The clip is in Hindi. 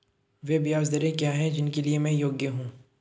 वे ब्याज दरें क्या हैं जिनके लिए मैं योग्य हूँ?